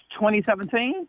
2017